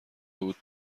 بود